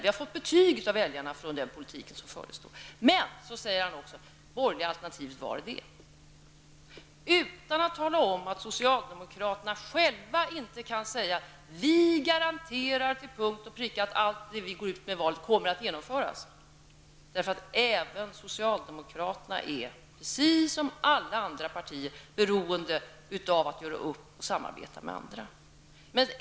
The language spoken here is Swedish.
Vi har fått betyg av väljarna när det gäller den politik som fördes då. Men han säger också: Det borgerliga alternativet -- var är det? Det säger han utan att tala om att socialdemokraterna själva inte kan säga: Vi garanterar till punkt och pricka att allt det vi går ut med i valet kommer att genomföras. Även socialdemokraterna är, precis som alla partier, beroende av att göra upp och samarbeta med andra.